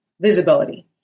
Visibility